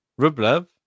Rublev